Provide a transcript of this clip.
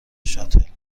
شاتل